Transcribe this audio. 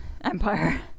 empire